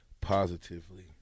positively